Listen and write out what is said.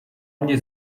mnie